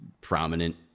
prominent